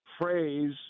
phrase